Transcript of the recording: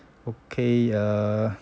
okay err